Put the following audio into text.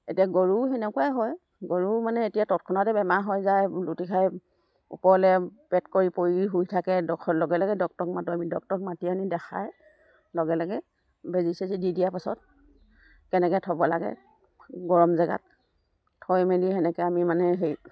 এতিয়া গৰুও সেনেকুৱাই হয় গৰু মানে এতিয়া তৎক্ষণতে বেমাৰ হয় যায় লুটিখাই ওপৰলৈ পেট কৰি পৰি শুই থাকে ডখৰ লগে লগে ডক্তৰক মাতোঁ আমি ডক্তৰক মাতি আনি দেখাই লগে লগে বেজী চেজী দি দিয়াৰ পাছত কেনেকৈ থ'ব লাগে গৰম জেগাত থৈ মেলি সেনেকৈ আমি মানে হেৰি